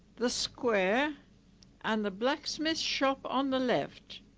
the square and the blacksmith's shop on the left